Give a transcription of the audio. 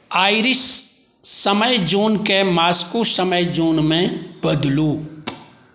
iris समय जोनके Moscow समय जोनमे बदलू